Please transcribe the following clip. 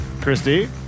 christy